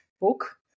book